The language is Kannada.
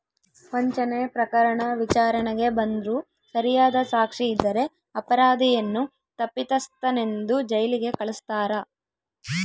ವಂಚನೆ ಪ್ರಕರಣ ವಿಚಾರಣೆಗೆ ಬಂದ್ರೂ ಸರಿಯಾದ ಸಾಕ್ಷಿ ಇದ್ದರೆ ಅಪರಾಧಿಯನ್ನು ತಪ್ಪಿತಸ್ಥನೆಂದು ಜೈಲಿಗೆ ಕಳಸ್ತಾರ